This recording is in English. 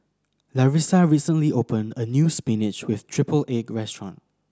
Larissa recently opened a new spinach with triple egg restaurant